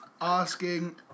asking